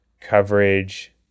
coverage